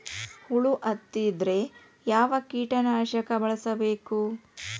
ಹುಳು ಹತ್ತಿದ್ರೆ ಯಾವ ಕೇಟನಾಶಕ ಬಳಸಬೇಕ?